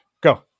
Go